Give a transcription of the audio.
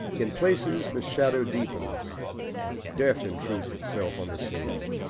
in places the shadow deepens death intrudes itself on the scene,